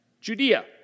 Judea